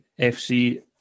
FC